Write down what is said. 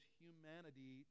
humanity